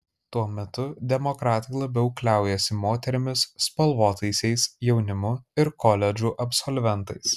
tuo metu demokratai labiau kliaujasi moterimis spalvotaisiais jaunimu ir koledžų absolventais